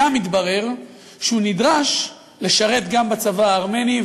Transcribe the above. שם התברר שהוא נדרש לשרת גם בצבא הארמני,